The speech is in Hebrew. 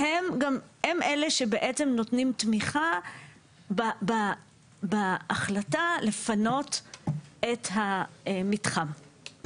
והם אלה שבעצם נותנים תמיכה בהחלטה לפנות את המתחם.